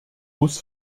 muss